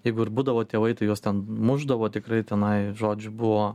jeigu ir būdavo tėvai tai juos ten mušdavo tikrai tenai žodžiu buvo